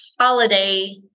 holiday